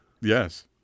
Yes